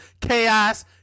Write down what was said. Chaos